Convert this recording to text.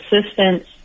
assistance